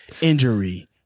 injury